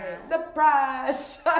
Surprise